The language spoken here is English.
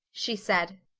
she said.